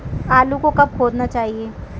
आलू को कब खोदना चाहिए?